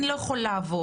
אני לא יכול לעבוד,